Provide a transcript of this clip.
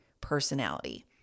Personality